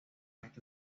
esta